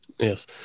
yes